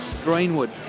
Greenwood